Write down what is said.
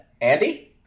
Andy